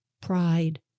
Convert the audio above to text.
pride